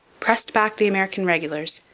pressed back the american regulars,